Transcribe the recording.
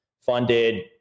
funded